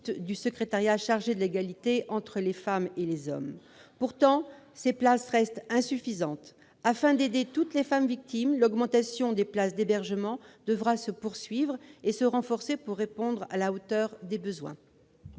du secrétariat d'État chargé de l'égalité entre les femmes et les hommes. Pourtant, ces places restent insuffisantes. Afin d'aider toutes les femmes victimes, l'augmentation des places d'hébergement devra se poursuivre et se renforcer pour répondre aux besoins.